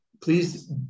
please